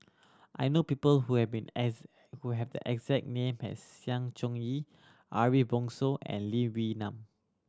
I know people who have been as who have the exact name as Sng Choon Yee Ariff Bongso and Lee Wee Nam